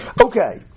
Okay